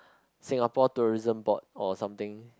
Singapore Tourism Board or something